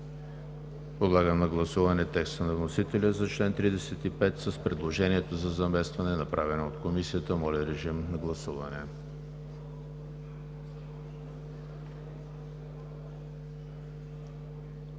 Подлагам на гласуване текста на вносителя за чл. 35 с предложението за заместване, направено от Комисията. Гласували